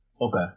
Okay